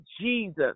Jesus